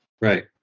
right